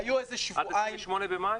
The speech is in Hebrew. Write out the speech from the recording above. עד ה-28 במאי?